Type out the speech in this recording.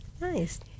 Nice